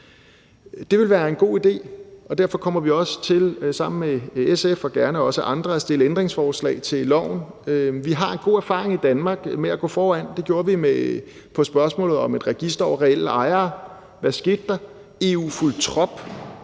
Det ville være en god idé, og derfor kommer vi til sammen med SF og gerne også andre at stille ændringsforslag til loven. I Danmark har vi god erfaring med at gå foran. Det gjorde vi på spørgsmålet om et register over reelle ejere. Hvad skete der? EU fulgte trop.